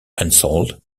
unsold